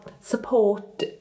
support